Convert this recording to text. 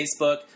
Facebook